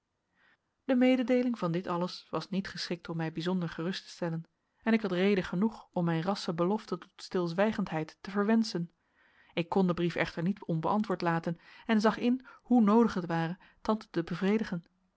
de mededeeling van dit alles was niet geschikt om mij bijzonder gerust te stellen en ik had reden genoeg om mijn rassche belofte tot stilzwijgendheid te verwenschen ik kon den brief echter niet onbeantwoord laten en zag in hoe noodig het ware tante te bevredigen